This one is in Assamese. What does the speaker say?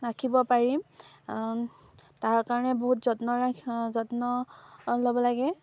ৰাখিব পাৰিম তাৰ কাৰণে বহুত যত্ন ৰাখিব যত্ন ল'ব লাগে